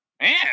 Man